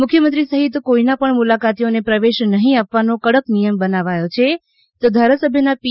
મુખ્યમંત્રી સહિત કોઈના પણ મુલાકાતીઓને પ્રવેશ નહીં આપવાનો કડક નિયમ બનાવાયો છે તો જે ધારાસભ્યના પી